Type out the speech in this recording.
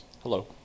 Hello